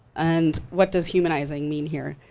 and what does humanizing mean here?